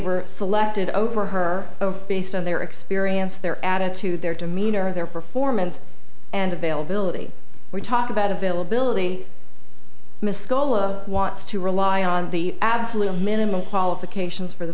were selected over her based on their experience their attitude their demeanor their performance and availability we talk about availability miss scull of wants to rely on the absolute minimum qualifications for the